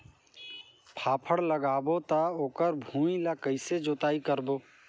फाफण लगाबो ता ओकर भुईं ला कइसे जोताई करबो?